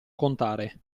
contare